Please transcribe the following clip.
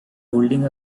holding